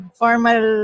formal